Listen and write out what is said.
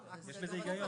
שיהיה לפי הבחירה שלו.